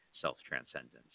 Self-transcendence